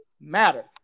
matter